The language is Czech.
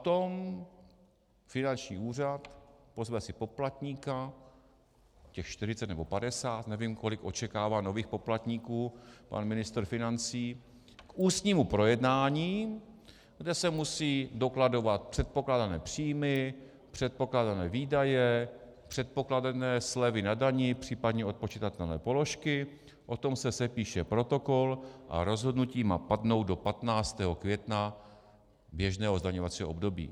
Potom si finanční úřad pozve poplatníka, těch 40 nebo 50, nevím, kolik očekává nových poplatníků pan ministr financí, k ústnímu projednání, kde se musí dokladovat předpokládané příjmy, předpokládané výdaje, předpokládané slevy na dani, případně odpočitatelné položky, o tom se sepíše protokol a rozhodnutí má padnout do 15. května běžného zdaňovacího období.